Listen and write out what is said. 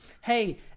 hey